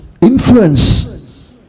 influence